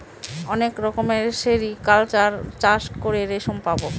অনেক রকমের সেরিকালচার চাষ করে রেশম পাবো